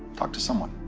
talk to someone,